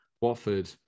Watford